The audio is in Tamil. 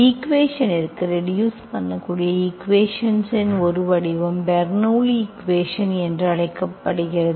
ஈக்குவேஷன்ற்குக் ரெடியூஸ் பண்ணக்கூடிய ஈக்குவேஷன் ன் ஒரு வடிவம் பெர்னோள்ளி ன் ஈக்குவேஷன் என்று அழைக்கப்படுகிறது